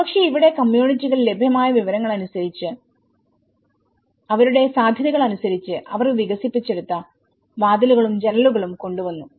പക്ഷെ ഇവിടെ കമ്മ്യൂണിറ്റികൾ ലഭ്യമായ വിഭവങ്ങൾ അനുസരിച്ച് അവരുടെ സാധ്യതകൾ അനുസരിച്ച് അവർ വികസിപ്പിച്ചെടുത്ത വാതിലുകളും ജനലുകളും കൊണ്ടുവന്നു